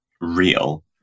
real